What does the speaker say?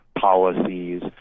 policies